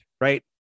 right